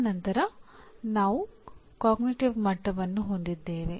ತದನಂತರ ನಾವು ಅರಿವಿನ ಮಟ್ಟವನ್ನು ಹೊಂದಿದ್ದೇವೆ